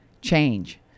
change